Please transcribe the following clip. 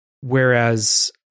Whereas